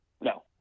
No